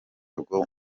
bwabo